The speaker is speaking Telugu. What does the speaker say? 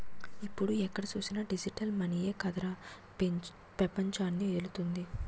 ఇప్పుడు ఎక్కడ చూసినా డిజిటల్ మనీయే కదరా పెపంచాన్ని ఏలుతోంది